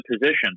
position